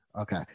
okay